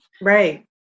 right